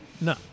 no